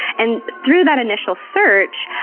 and through that initial search,